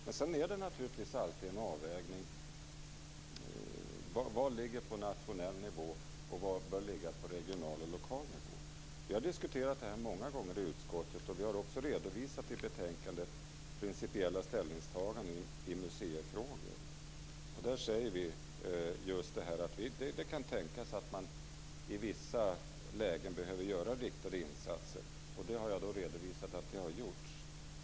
Det är naturligtvis alltid en avvägning mellan vad som ligger på nationell nivå och vad som bör ligga på regional och lokal nivå. Vi har diskuterat detta många gånger i utskottet, och vi har också i betänkandet redovisat vårt principiella ställningstagande i museifrågor. Där säger vi att man i vissa lägen kan behöva göra riktade insatser, och som jag redovisat har det också gjorts.